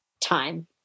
time